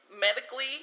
medically